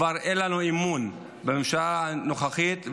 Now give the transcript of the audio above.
כבר אין לנו אמון בממשלה הנוכחית.